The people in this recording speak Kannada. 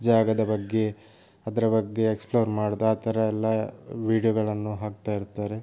ಜಾಗದ ಬಗ್ಗೆ ಅದರ ಬಗ್ಗೆ ಎಕ್ಸ್ಪ್ಲೋರ್ ಮಾಡುವುದು ಆ ಥರಯೆಲ್ಲ ವಿಡಿಯೋಗಳನ್ನು ಹಾಕ್ತಾ ಇರ್ತಾರೆ